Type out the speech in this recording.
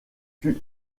fut